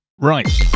right